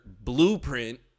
blueprint